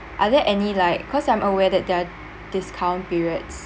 are there any like because I'm aware that there are discount periods